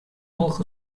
малых